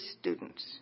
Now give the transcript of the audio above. students